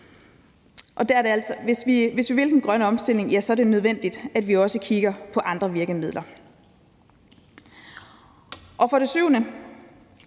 hvis vi vil den grønne omstilling, ja, så er det nødvendigt, at vi også kigger på andre virkemidler.